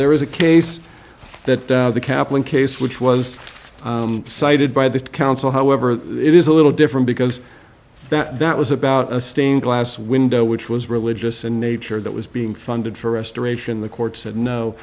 there is a case that the kaplan case which was cited by the council however it is a little different because that was about a stained glass window which was religious in nature that was being funded for restoration the court said no